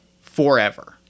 forever